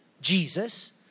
Jesus